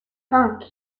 cinq